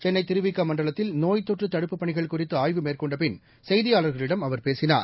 சென்னைதிருவி க மண்டலத்தில் நோய் தொற்றுதடுப்புப் பணிகள் குறித்துஆய்வு மேற்கொண்டபிள் செய்தியாளர்களிடம் அவர் பேசினார்